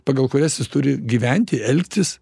pagal kurias jis turi gyventi elgtis